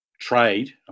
trade